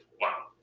Wow